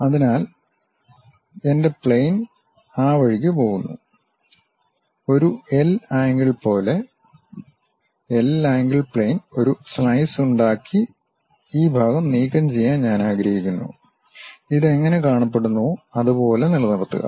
അതിനാൽ എന്റെ പ്ലെയിൻ ആ വഴിക്ക് പോകുന്നു ഒരു എൽ ആംഗിൾ പോലെ എൽ ആംഗിൾ പ്ലെയിൻ ഒരു സ്ലൈസ് ഉണ്ടാക്കി ഈ ഭാഗം നീക്കംചെയ്യാൻ ഞാൻ ആഗ്രഹിക്കുന്നു ഇത് എങ്ങനെ കാണപ്പെടുന്നുവോ അതുപോലെ നിലനിർത്തുക